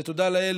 שתודה לאל,